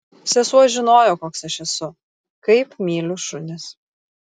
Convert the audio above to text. sesuo žinojo koks aš esu kaip myliu šunis